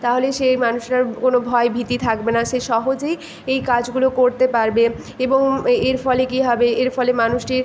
তাহলে সে মানুষটার কোনো ভয় ভীতি থাকবে না সে সহজেই এই কাজগুলো করতে পারবে এবং এ এর ফলে কী হবে এর ফলে মানুষটি